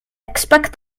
expect